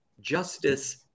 Justice